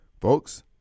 Folks